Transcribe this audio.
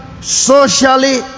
socially